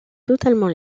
totalement